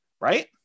right